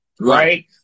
right